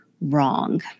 wrong